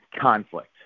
conflict